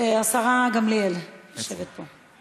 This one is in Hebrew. השרה גמליאל יושבת פה.